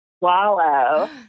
swallow